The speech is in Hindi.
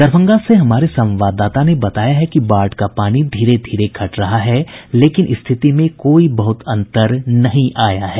दरभंगा से हमारे संवाददाता ने बताया है कि बाढ़ का पानी धीरे धीरे घट रहा है लेकिन स्थिति में कोई बहुत अंतर नहीं आया है